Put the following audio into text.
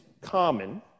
common